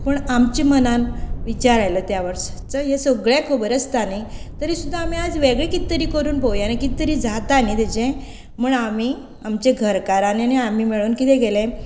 पूण आमचे मनान विचार आयलो त्या वर्सा हे सगळे खबर आसता न्ही तरी सुद्दां आमी आयज वेगळे कितें तरी करून पळोवया आनी कितें तरी जाता न्ही ताजे म्हण आमी आमचे घरकारानी आमी मेळून कितें केले